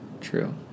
true